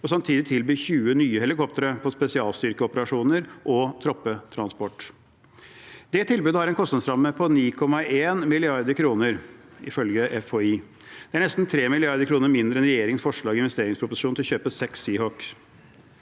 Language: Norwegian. og samtidig tilby 20 nye helikoptre for spesialstyrkeoperasjoner og troppetransport. Det tilbudet har en kostnadsramme på 9,1 mrd. kr, ifølge NHIndustries. Det er nesten 3 mrd. kr mindre enn regjeringens forslag i investeringsproposisjonen om å kjøpe seks Seahawk.